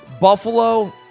buffalo